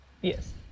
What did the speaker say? Yes